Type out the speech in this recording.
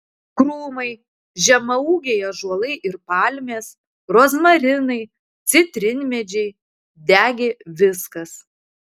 krūmai žemaūgiai ąžuolai ir palmės rozmarinai citrinmedžiai degė viskas